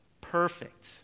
Perfect